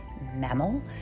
mammal